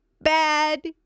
bad